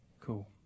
Cool